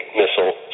missile